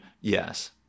Yes